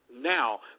Now